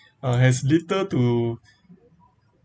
uh has little to